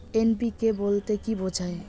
NPK বলতে কী বোঝায়?